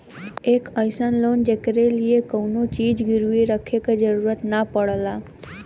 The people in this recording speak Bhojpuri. एक अइसन लोन जेकरे लिए कउनो चीज गिरवी रखे क जरुरत न पड़ला